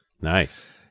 Nice